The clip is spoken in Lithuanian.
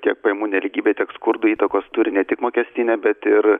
tiek pajamų nelygybė tik skurdui įtakos turi ne tik mokestinė bet ir